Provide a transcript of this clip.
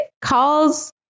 calls